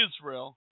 Israel